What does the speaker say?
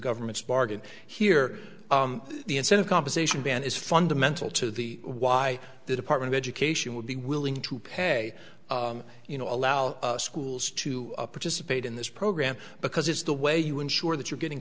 government's bargain here the incentive compensation ban is fundamental to the why the department of education would be willing to pay you know allow schools to participate in this program because it's the way you ensure that you're getting